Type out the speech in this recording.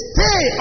Stay